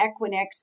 Equinix